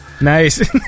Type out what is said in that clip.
Nice